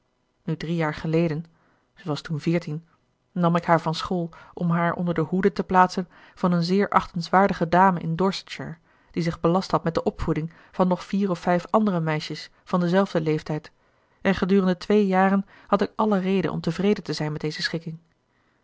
nu drie jaar geleden zij was toen veertien nam ik haar van school om haar onder de hoede te plaatsen van eene zeer achtenswaardige dame in dorsetshire die zich belast had met de opvoeding van nog vier of vijf andere meisjes van denzelfden leeftijd en gedurende twee jaren had ik alle reden om tevreden te zijn met deze schikking